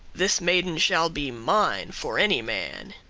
this maiden shall be mine for any man.